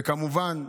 וכמובן,